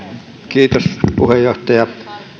kiitos puheenjohtaja